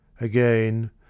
again